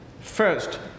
first